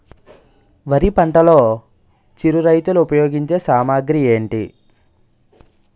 వరి పంటలో చిరు రైతులు ఉపయోగించే సామాగ్రి ఏంటి?